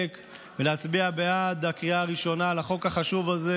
ולהצביע בעד בקריאה ראשונה לחוק החשוב הזה.